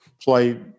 play